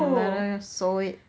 you better sew it